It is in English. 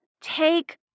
Take